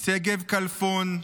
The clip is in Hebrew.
שגב כלפון,